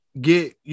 get